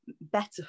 better